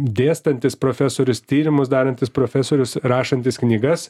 dėstantis profesorius tyrimus darantis profesorius rašantis knygas